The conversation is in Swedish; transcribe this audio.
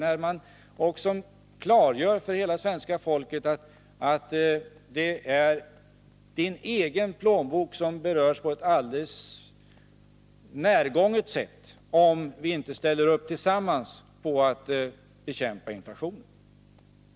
Vi måste klargöra för svenska folket att det är dess egen plånbok som tunnas ut om vi inte ställer upp tillsammans på att bekämpa inflationen.